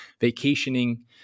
vacationing